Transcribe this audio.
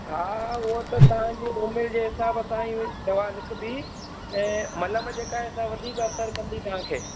हा उहो त तव्हांजी उमिरि जे हिसाब सां ई दवा लिखबी ऐं मल्हम जेका आहे सा वधीक असरु कंदी तव्हांखे